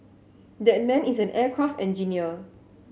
that man is an aircraft engineer